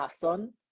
person